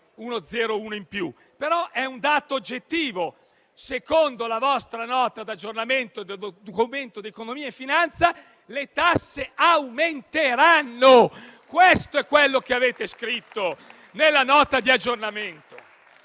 0,1 in più. Però è un dato oggettivo: secondo la vostra Nota di aggiornamento del Documento di economia e finanza le tasse aumenteranno. Questo è quello che avete scritto.